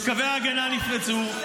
שקווי ההגנה נפרצו -- אי-אפשר לשמוע אותם.